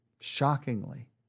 shockingly